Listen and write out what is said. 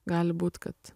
gali būt kad